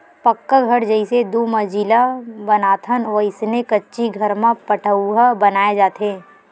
पक्का घर जइसे दू मजिला बनाथन वइसने कच्ची घर म पठउहाँ बनाय जाथे